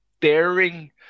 daring